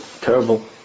terrible